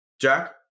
Jack